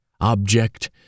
Object